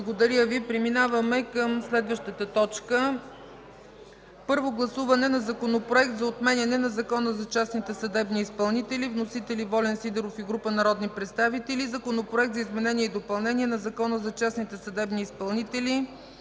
народни представители. 4. Първо гласуване на Законопроект за отменяне на Закона за частните съдебни изпълнители. Вносители – Волен Сидеров и група народни представители, и Законопроект за изменение и допълнение на Закона за частните съдебни изпълнители